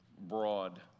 broad